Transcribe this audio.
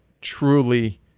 truly